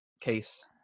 case